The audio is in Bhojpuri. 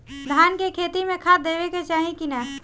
धान के खेती मे खाद देवे के चाही कि ना?